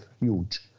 huge